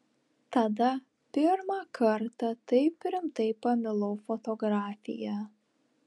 tada pirmą kartą taip rimtai pamilau fotografiją